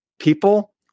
people